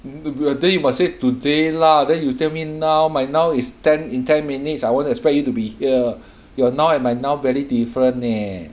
t~ then you must say today lah then you tell me now my now is ten in ten minutes I wouldn't expect you to be here your now and my now very different leh